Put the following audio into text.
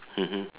mmhmm